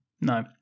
No